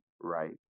right